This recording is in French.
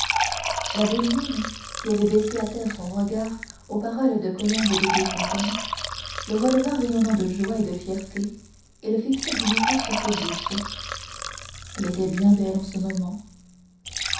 la bohémienne qui avait baissé à terre son regard aux paroles de colombe de gaillefontaine le releva rayonnant de joie et de fierté et le fixa de nouveau sur phoebus elle était bien belle en ce moment